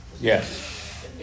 Yes